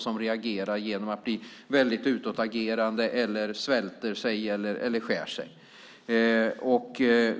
De reagerar genom att bli väldigt utagerande, genom att svälta sig eller skära sig.